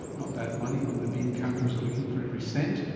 not bad money when the bean counters are looking for every cent.